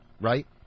right